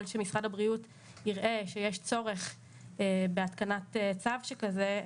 שמשרד הבריאות יראה שיש צורך בהתקנת צו שכזה,